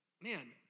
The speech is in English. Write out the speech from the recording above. man